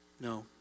No